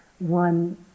one